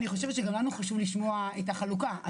אני חושבת שגם לנו חשוב לשמוע את החלוקה.